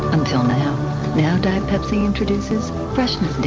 until now. now diet pepsi introduces freshness dating